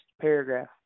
paragraph